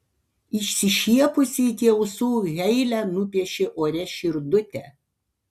išsišiepusi iki ausų heile nupiešė ore širdutę